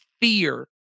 fear